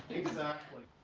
exactly.